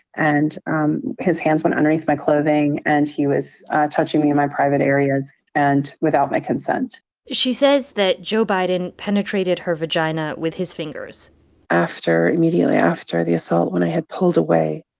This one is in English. and um his hands went underneath my clothing. and he was touching me in my private areas and without my consent she says that joe biden penetrated her vagina with his fingers after immediately after the assault, when i had pulled away,